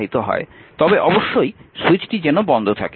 তবে অবশ্যই সুইচটি যেন বন্ধ থাকে